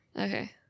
Okay